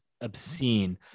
obscene